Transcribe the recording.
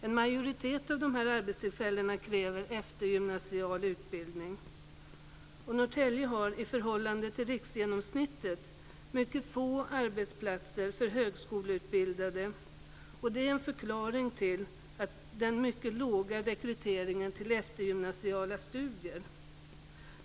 En majoritet av dessa arbetstillfällen kräver eftergymnasial utbildning. Norrtälje har, i förhållande till riksgenomsnittet, mycket få arbetsplatser för högskoleutbildade. Det är en förklaring till den mycket låga rekryteringen till eftergymnasiala studier.